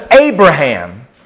Abraham